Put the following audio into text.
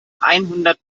einhundert